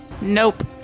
Nope